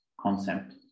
concept